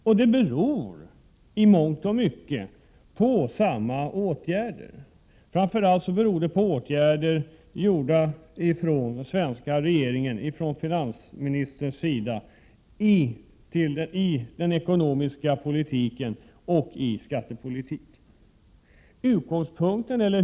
Och skälen är i mångt och mycket desamma — det beror framför allt på åtgärder som vidtagits av den svenska regeringen, av finansministern, i den ekonomiska politiken och i skattepolitiken.